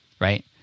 right